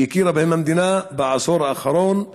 שהמדינה הכירה בהם בעשור האחרון.